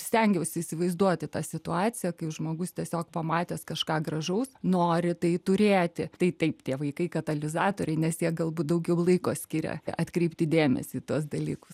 stengiausi įsivaizduoti tą situaciją kai žmogus tiesiog pamatęs kažką gražaus nori tai turėti tai taip tie vaikai katalizatoriai nes jie galbūt daugiau laiko skiria atkreipti dėmesį į tuos dalykus